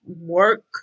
work